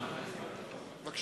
יש